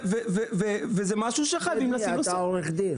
וזה משהו חייבים לשים לו סוף.